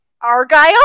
Argyle